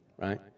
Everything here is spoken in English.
right